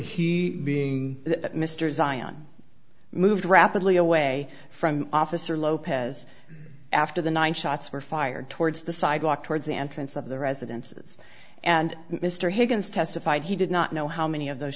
he being that mr zion moved rapidly away from officer lopez after the one shots were fired towards the sidewalk towards the entrance of the residences and mr higgins testified he did not know how many of th